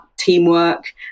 Teamwork